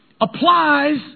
applies